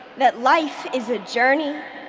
that life is a journey,